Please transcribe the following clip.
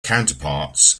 counterparts